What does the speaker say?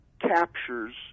captures